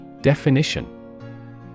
Definition